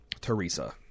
Teresa